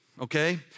okay